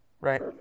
right